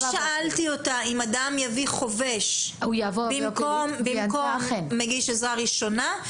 שאלתי אותה אם אדם יביא חובש במקום מגיש עזרה ראשונה,